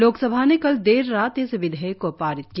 लोकसभा ने कल देर रात इस विधेयक को पारित किया